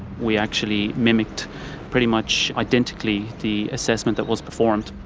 we actually mimicked pretty much identically the assessment that was performed.